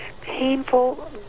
painful